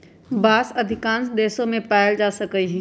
बांस अधिकांश देश मे पाएल जा सकलई ह